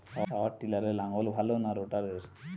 পাওয়ার টিলারে লাঙ্গল ভালো না রোটারের?